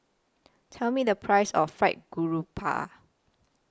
Tell Me The Price of Fried Garoupa